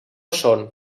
són